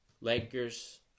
Lakers